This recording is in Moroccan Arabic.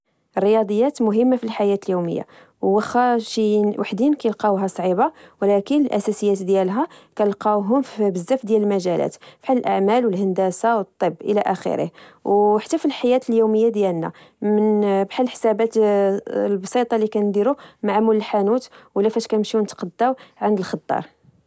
الرياضيات مهمة في الحياة اليومية، و واخا شي وحدين كيلقاوها صعيبة، و لكن الأساسيات ديالها كنلقاوهم فبزاف ديال المجالات بحال الأعمال، و الهندسة و الطب إلى آخره، و حتى في الحياة اليومية ديالنا بحال حسابات البسيطة اللي كنديرو مع مول الحانوت ولا فاش كنمشيو نتقداو عند الخضار